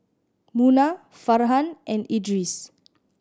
Munah Farhan and Idris